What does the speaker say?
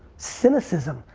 cynicism,